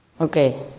Okay